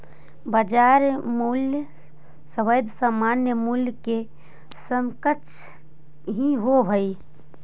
बाजार मूल्य सदैव सामान्य मूल्य के समकक्ष ही होवऽ हइ